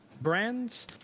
brands